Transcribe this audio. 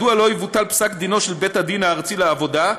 מדוע לא יבוטל פסק דינו של בית הדין הארצי לעבודה,